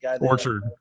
Orchard